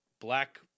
black